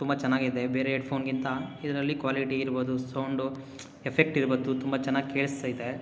ತುಂಬ ಚೆನ್ನಾಗಿದೆ ಬೇರೆ ಹೆಡ್ಫೋನ್ಗಿಂತ ಇದರಲ್ಲಿ ಕ್ವಾಲಿಟಿ ಇರ್ಬೋದು ಸೌಂಡು ಎಫೆಕ್ಟ್ ಇರ್ಬೋದು ತುಂಬ ಚೆನ್ನಾಗಿ ಕೇಳ್ಸ್ತೈತೆ